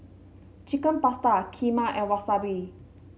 Chicken Pasta Kheema and Wasabi